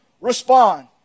respond